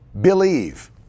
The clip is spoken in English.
believe